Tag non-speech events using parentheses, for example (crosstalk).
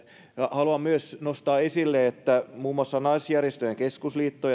haluan myös nostaa esille että muun muassa naisjärjestöjen keskusliitto (unintelligible)